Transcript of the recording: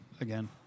Again